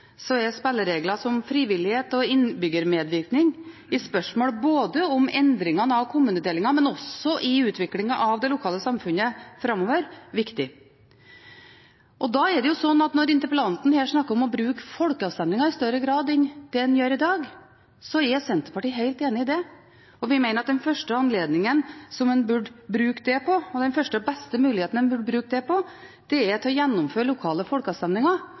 er spilleregler som frivillighet og innbyggermedvirkning i spørsmål både om endring i kommunedelingen og om utviklingen av det lokale samfunnet framover viktig. Når interpellanten her snakker om å bruke folkeavstemninger i større grad enn det en gjør i dag, er Senterpartiet helt enig i det. Vi mener at den første og beste muligheten til å bruke det er å gjennomføre lokale folkeavstemninger om hvorvidt en